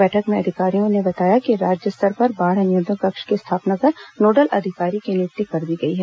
बैठक में अधिकारियों ने बताया कि राज्य स्तर पर बाढ़ नियंत्रण कक्ष की स्थापना कर नोडल अधिकारी की नियुक्ति कर दी गई है